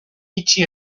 itxi